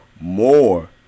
more